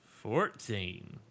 Fourteen